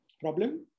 Problem